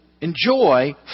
enjoy